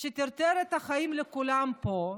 שטרטר את החיים לכולם פה,